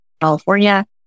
California